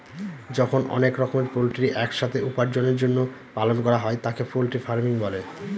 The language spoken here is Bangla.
যখন অনেক রকমের পোল্ট্রি এক সাথে উপার্জনের জন্য পালন করা হয় তাকে পোল্ট্রি ফার্মিং বলে